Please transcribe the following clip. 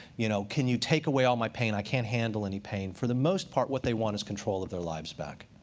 you know can you take away all my pain? i can't handle any pain. for the most part, what they want is control of their lives back.